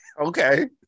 okay